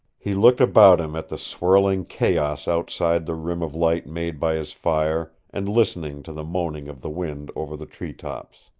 he looked about him at the swirling chaos outside the rim of light made by his fire and listened to the moaning of the wind over the treetops.